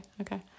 okay